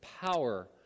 power